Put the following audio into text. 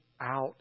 out